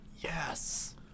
Yes